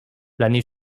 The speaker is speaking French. l’année